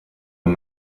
man